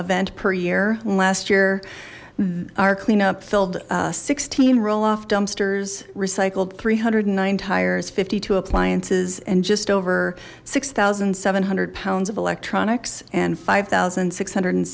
event per year last year our cleanup filled sixteen roll off dumpsters recycled three hundred and nine tires fifty two appliances and just over six thousand seven hundred pounds of electronics and five zero six hundred and